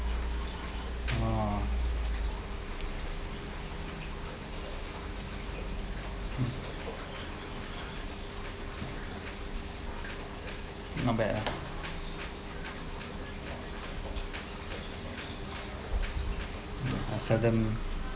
oh not bad ah seldom